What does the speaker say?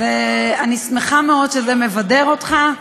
אני שמחה מאוד שזה מבדר אותך,